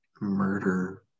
murder